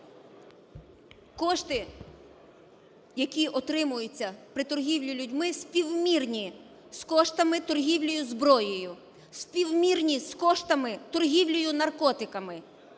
Кошти, які отримуються при торгівлі людьми, співмірні з коштами торгівлі зброєю, співмірні з коштами торгівлі наркотиками.